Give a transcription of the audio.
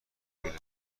گرفت